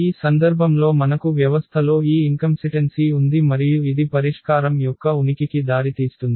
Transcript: ఈ సందర్భంలో మనకు వ్యవస్థలో ఈ ఇన్కంసిటెన్సీ ఉంది మరియు ఇది పరిష్కారం యొక్క ఉనికికి దారితీస్తుంది